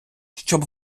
щоб